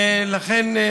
לכן,